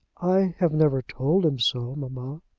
i have never told him so, mamma.